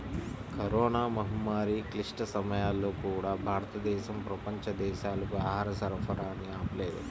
corona మహమ్మారి క్లిష్ట సమయాల్లో కూడా, భారతదేశం ప్రపంచ దేశాలకు ఆహార సరఫరాని ఆపలేదు